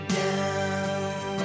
down